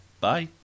bye